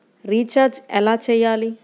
Recharge ఎలా చెయ్యాలి?